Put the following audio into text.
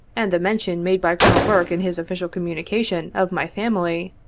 and the mention made by colonel burke in his official communication, of my family,